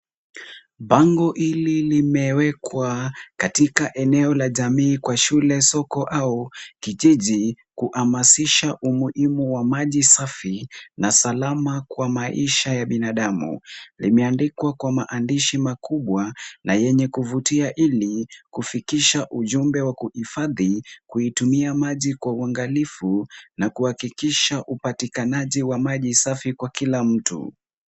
Bango hili limewekwa katika eneo la jamii kwa shule, soko au kijiji kuhamasisha umuhimu wa maji safi na salama kwa maisha ya binadamu. Limeandikwa kwa maandishi makubwa na yenye kuvutia ili kufikisha ujumbe wa kuhifadhi, kuitumia maji kwa uangalifu na kuhakikisha upatikanaji wa maji safi kwa kila mtu.